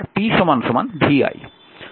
আবার p vi